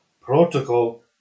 protocol